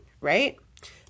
right